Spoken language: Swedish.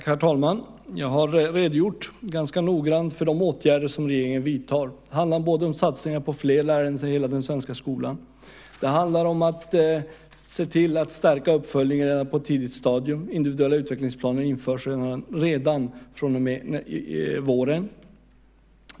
Herr talman! Jag har redogjort ganska noggrant för de åtgärder som regeringen vidtar. Det handlar om satsningar på fler lärare i den svenska skolan. Det handlar om att se till att stärka uppföljningarna på ett tidigt stadium. Individuella utvecklingsplaner införs redan från och med våren.